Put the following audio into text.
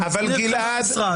צוות המשרד,